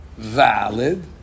valid